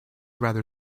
rather